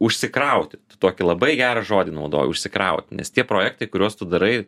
užsikrauti tokį labai gerą žodį naudoju užsikrauti nes tie projektai kuriuos tu darai